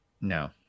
No